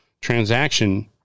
transaction